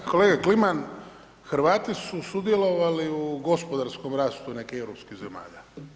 Da, kolega Kliman, Hrvati su sudjelovali u gospodarskom rastu nekih europskih zemalja.